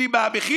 יודעים מה המחיר,